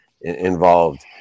involved